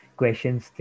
questions